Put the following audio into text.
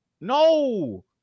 no